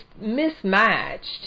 mismatched